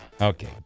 Okay